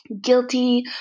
guilty